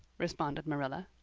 responded marilla.